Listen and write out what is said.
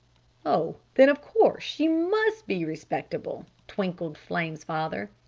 oh, then of course she must be respectable, twinkled flame's father.